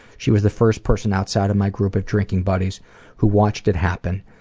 she was the first person outside of my group of drinking buddies who watched it happen.